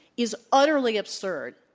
is utterly absurd.